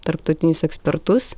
tarptautinius ekspertus